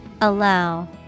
Allow